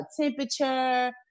temperature